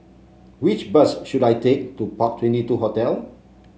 which bus should I take to Park Twenty two Hotel